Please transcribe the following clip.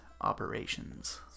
operations